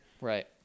Right